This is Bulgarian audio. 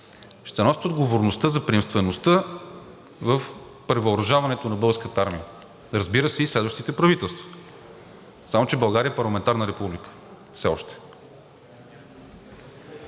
ще носят отговорността за приемствеността в превъоръжаването на Българската армия, разбира се, и следващите правителства. Само че България е парламентарна република все още.